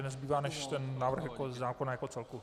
Nezbývá než ten návrh zákona jako celku.